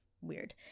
weird